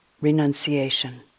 renunciation